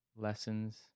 lessons